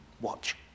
watch